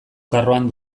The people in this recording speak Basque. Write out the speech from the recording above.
karroan